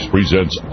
presents